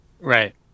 Right